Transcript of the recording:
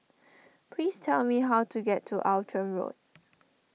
please tell me how to get to Outram Road